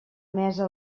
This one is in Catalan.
mesa